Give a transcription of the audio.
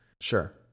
Sure